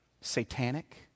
satanic